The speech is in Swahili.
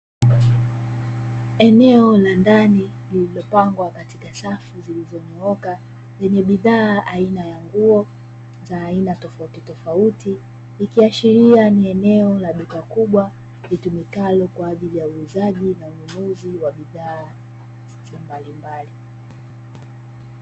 Eneo la ndani lililopangwa katika safu zilizonyooka, zenye bidhaa aina ya nguo za aina tofautitofauti, ikiashiria ni eneo la duka kubwa litumikalo kwa ajili ya uuzaji na ununuzi wa bidhaa mbalimbali.